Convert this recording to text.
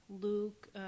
Luke